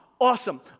awesome